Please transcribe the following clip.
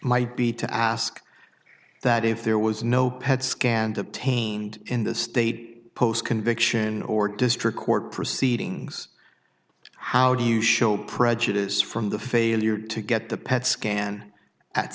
might be to ask that if there was no pet scan detained in the state post conviction or district court proceedings how do you show prejudice from the failure to get the pet scan at